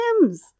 limbs